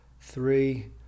three